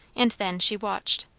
and then she watched.